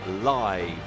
live